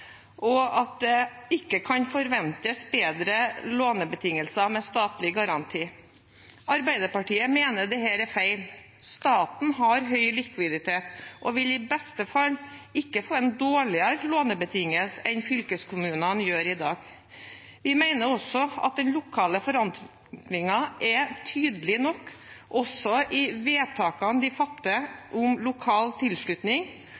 og at det ikke kan forventes bedre lånebetingelser med statlig garanti. Arbeiderpartiet mener dette er feil. Staten har høy likviditet og vil i verste fall ikke få en dårligere lånebetingelse enn fylkeskommunene har i dag. Vi mener også at den lokale forankringen er tydelig nok, også i vedtakene de fatter om lokal tilslutning,